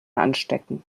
anstecken